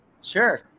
Sure